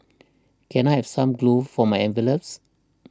can I have some glue for my envelopes